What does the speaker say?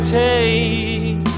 take